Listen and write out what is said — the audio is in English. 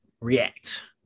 react